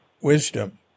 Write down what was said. Wisdom